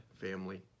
family